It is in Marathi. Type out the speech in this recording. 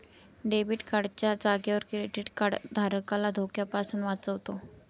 डेबिट कार्ड च्या जागेवर क्रेडीट कार्ड धारकाला धोक्यापासून वाचवतो